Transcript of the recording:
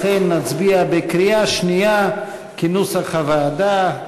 לכן נצביע בקריאה שנייה כנוסח הוועדה.